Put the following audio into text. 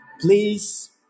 Please